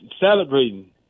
Celebrating